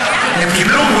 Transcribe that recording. הם קיבלו,